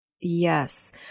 Yes